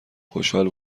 خشحال